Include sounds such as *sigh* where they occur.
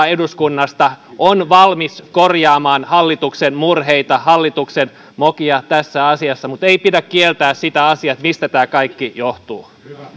*unintelligible* eduskunnasta on valmis korjaamaan hallituksen murheita hallituksen mokia tässä asiassa mutta ei pidä kieltää sitä asiaa mistä tämä kaikki johtuu